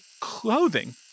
clothing